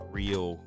real